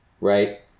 right